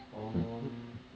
um